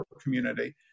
community